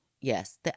yes